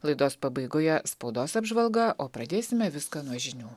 laidos pabaigoje spaudos apžvalga o pradėsime viską nuo žinių